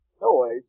noise